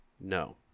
No